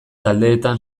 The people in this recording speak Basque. taldeetan